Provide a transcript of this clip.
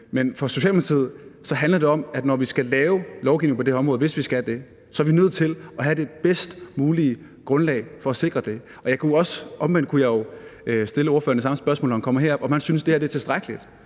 Men for Socialdemokratiet handler det om, at når vi skal lave lovgivning på det her område – hvis vi skal det – så er vi nødt til at have det bedst mulige grundlag for at sikre det. Omvendt kunne jeg jo stille ordføreren det samme spørgsmål, når han kommer herop, altså om han synes, at det her er tilstrækkeligt,